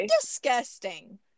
disgusting